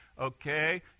Okay